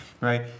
right